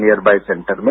near by centre में